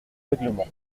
règlement